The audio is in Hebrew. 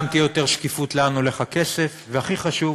גם תהיה יותר שקיפות לאן הולך הכסף, והכי חשוב: